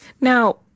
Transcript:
Now